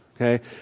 okay